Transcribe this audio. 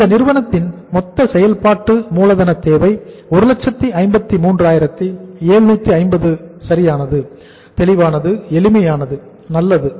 எனவே இந்த நிறுவனத்தின் மொத்த செயல்பாட்டு மூலதன தேவை 153750 சரியானது தெளிவானது எளிமையானது நல்லது